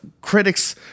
critics